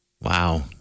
Wow